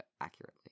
accurately